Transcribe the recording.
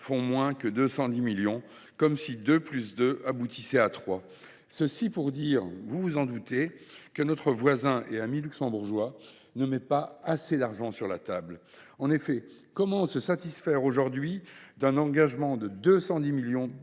font moins que 210 millions, comme si deux plus deux aboutissait à trois. Autrement dit, j’estime que notre voisin et ami luxembourgeois ne met pas assez d’argent sur la table. En effet, comment se satisfaire aujourd’hui d’un engagement de 210 millions